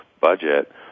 budget